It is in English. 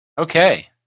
Okay